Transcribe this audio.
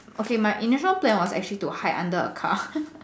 okay my initial plan was actually to hide under a car